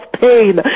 pain